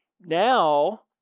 Now